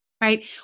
right